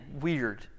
weird